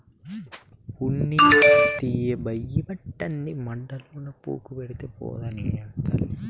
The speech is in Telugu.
ఉన్ని తీయబోయి దాన్ని గాయపర్సేవు భద్రం భద్రం